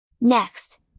Next